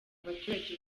abaturage